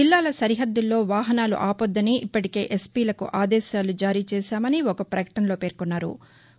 జిల్లాల సరిహద్దుల్లో వాహనాలు ఆపొద్దని ఇప్పటికే ఎస్పీలకు ఆదేశాలు జారీ చేశామని ఒక ప్రకటనలో తెలిపారు